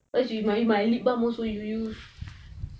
when you go to buy lip balm also you use